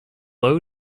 low